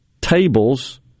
tables